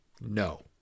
no